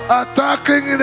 attacking